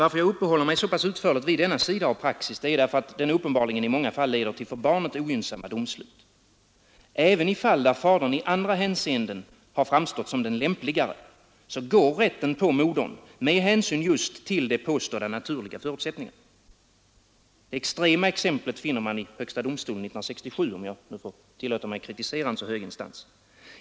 Att jag uppehåller mig så utförligt vid denna sida av praxis beror på att den uppenbarligen i många fall leder till för barnet ogynnsamma domslut. Även i fall där fadern i andra hänseenden har framstått som den lämpligare går rätten på modern med hänsyn just till de påstådda naturliga förutsättningarna. Det extrema exemplet finner man i högsta domstolen år 1967 — om jag nu skall tillåta mig att kritisera en så hög instans.